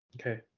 Okay